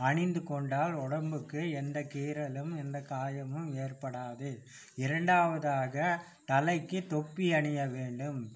அணிந்து கொண்டால் ஒடம்புக்கு எந்த கீறலும் எந்த காயமும் ஏற்படாது இரண்டாவதாக தலைக்கு தொப்பி அணிய வேண்டும்